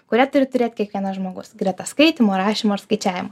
kurią turi turėt kiekvienas žmogus greta skaitymo rašymo ir skaičiavimo